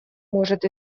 может